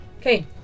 Okay